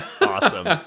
Awesome